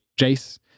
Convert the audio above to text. Jace